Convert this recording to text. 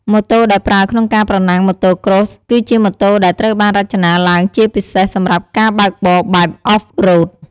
ម៉ូតូដែលប្រើក្នុងការប្រណាំង Motocross គឺជាម៉ូតូដែលត្រូវបានរចនាឡើងជាពិសេសសម្រាប់ការបើកបរបែប Off-road ។